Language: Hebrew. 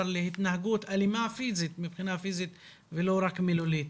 להתנהגות אלימה מבחינה פיזית ולא רק מילולית.